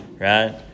right